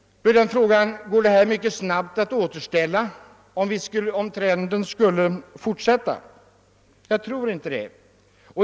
Om den trenden skulle fortsätta, går det då att sedan mycket snabbt återställa det gamla beståndet? Jag tror inte det.